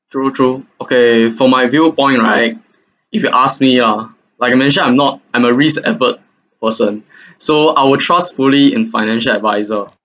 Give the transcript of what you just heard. true true okay for my viewpoint right if you ask me lah like I mentioned I'm not I'm a risks averse person so I will trust fully in financial adviser